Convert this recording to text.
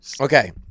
Okay